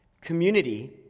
community